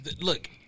Look